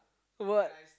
what